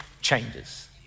changes